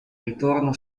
ritorno